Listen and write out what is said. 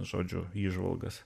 žodžiu įžvalgas